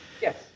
Yes